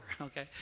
okay